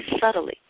subtly